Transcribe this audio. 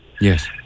Yes